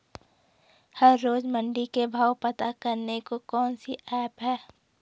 हर रोज़ मंडी के भाव पता करने को कौन सी ऐप है?